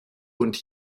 und